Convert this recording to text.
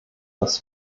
das